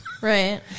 Right